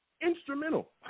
instrumental